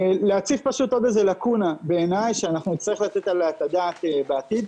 להציף פשוט עוד איזה לקונה בעיניי שאנחנו נצטרך לתת עליה את הדעת בעתיד.